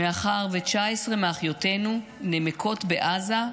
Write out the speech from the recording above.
מאחר ש-19 מאחיותינו נמקות בעזה,